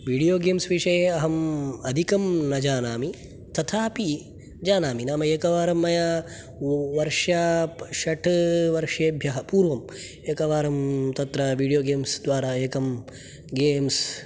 video games विषये अहं अधिकं न जानामि तथापि जानामि नाम एकवारं मया वर्ष षट् वर्षेभ्यः पूर्वं एकवारं तत्र वीडियोगेम्स् द्वारा एकं गेम्स्